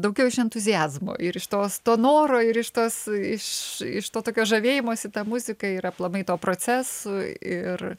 daugiau iš entuziazmo ir iš tos to noro ir iš tos iš iš to tokio žavėjimosi ta muzika yra aplamai to procesu ir